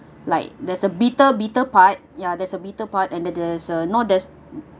like there's a bitter bitter part ya there's a bitter part and there is a not as